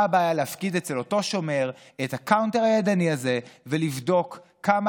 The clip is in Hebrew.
מה הבעיה להפקיד אצל אותו שומר את הקאונטר הידני הזה ולבדוק כמה